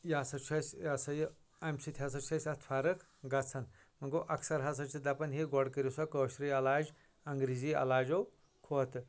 یِہ سا چھُ اَسہِ یِہ ہسا یہِ اَمہِ سۭتۍ ہَسا چھُ اَسہِ اتھ فَرق گَژھان وۄنۍ گوٚو اکثر ہَسا چھِ دَپان ہے گۄڈٕ کٔرِو سا کٲشرُے علاج انٛگریٖزی علاجو کھۄتہٕ